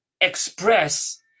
express